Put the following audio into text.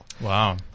Wow